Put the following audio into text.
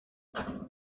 يأكل